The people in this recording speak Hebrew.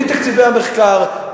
תקציבי המחקר,